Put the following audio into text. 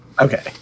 okay